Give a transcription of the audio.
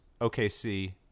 OKC